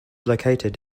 located